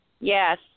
Yes